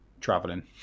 traveling